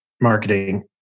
marketing